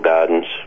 Gardens